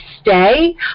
stay